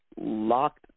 locked